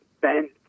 Ben